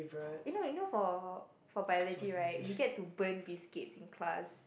you know you know for for biology right we get to burn biscuits in class